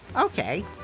Okay